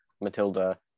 Matilda